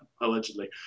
allegedly